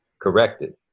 corrected